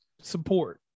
support